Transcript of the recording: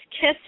Kiss